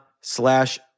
slash